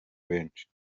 benshi